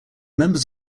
members